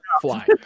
fly